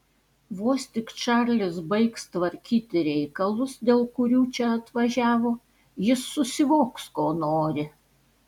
vos tik čarlis baigs tvarkyti reikalus dėl kurių čia atvažiavo jis susivoks ko nori